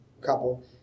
couple